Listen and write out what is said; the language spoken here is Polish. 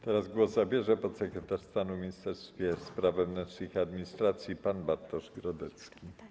Teraz głos zabierze podsekretarz stanu w Ministerstwie Spraw Wewnętrznych i Administracji pan Bartosz Grodecki.